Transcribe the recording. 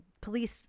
police